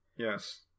Yes